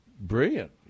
Brilliant